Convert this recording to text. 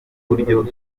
buryo